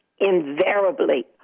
Invariably